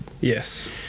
Yes